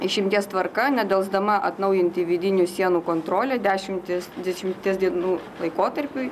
išimties tvarka nedelsdama atnaujinti vidinių sienų kontrolę dešimtys dešimties dienų laikotarpiui